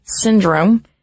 syndrome